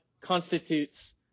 constitutes